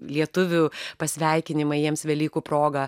lietuvių pasveikinimai jiems velykų proga